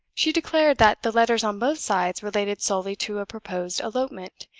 she declared that the letters on both sides related solely to a proposed elopement,